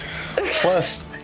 Plus